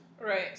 Right